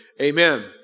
Amen